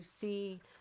see